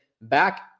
back